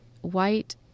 white